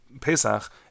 Pesach